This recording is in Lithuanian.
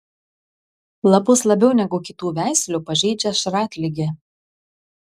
lapus labiau negu kitų veislių pažeidžia šratligė